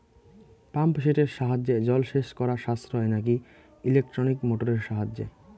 Pump সেটের সাহায্যে জলসেচ করা সাশ্রয় নাকি ইলেকট্রনিক মোটরের সাহায্যে?